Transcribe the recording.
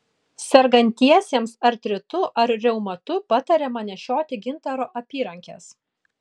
sergantiesiems artritu ar reumatu patariama nešioti gintaro apyrankes